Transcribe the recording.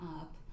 up